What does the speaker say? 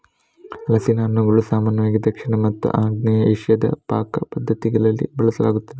ಹಲಸಿನ ಹಣ್ಣನ್ನು ಸಾಮಾನ್ಯವಾಗಿ ದಕ್ಷಿಣ ಮತ್ತು ಆಗ್ನೇಯ ಏಷ್ಯಾದ ಪಾಕ ಪದ್ಧತಿಗಳಲ್ಲಿ ಬಳಸಲಾಗುತ್ತದೆ